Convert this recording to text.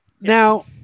Now